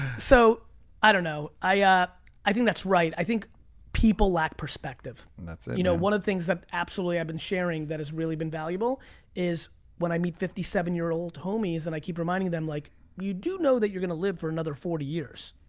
so i don't know. i ah i think that's right. i think people lack perspective. and ah you know one of the things that absolutely i've been sharing that has really been valuable is when i meet fifty seven year old homies, and i keep reminding them, like you do know that you're gonna live for another forty years?